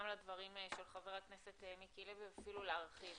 לדברים של חבר הכנסת מיקי לוי ואפילו להרחיב